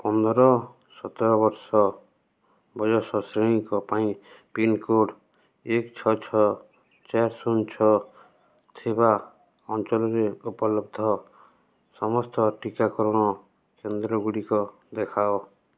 ପନ୍ଦର ସତର ବର୍ଷ ବୟସ ଶ୍ରେଣୀଙ୍କ ପାଇଁ ପିନ୍କୋଡ଼୍ ଏକ ଛଅ ଛଅ ଚାରି ଶୂନ ଛଅ ଥିବା ଅଞ୍ଚଳରେ ଉପଲବ୍ଧ ସମସ୍ତ ଟିକାକରଣ କେନ୍ଦ୍ର ଗୁଡ଼ିକ ଦେଖାଅ